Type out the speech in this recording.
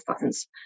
funds